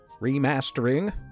remastering